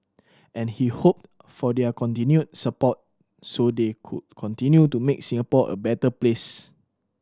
and he hoped for their continued support so they could continue to make Singapore a better place